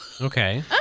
Okay